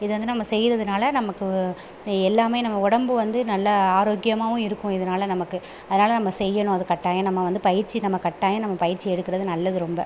இது வந்து நம்ம செய்கிறதுனால நமக்கு எல்லாமே நம்ம உடம்பு வந்து நல்ல ஆரோக்கியமாகவும் இருக்கும் இதனால நமக்கு அதனால் நம்ம செய்யணும் அது கட்டாயம் நம்ம வந்து பயிற்சி நம்ம கட்டாயம் நம்ம பயிற்சி எடுக்கிறது நல்லது ரொம்ப